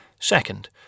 Second